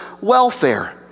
welfare